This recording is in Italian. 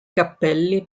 cappelli